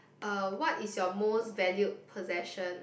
uh what is your most valued possession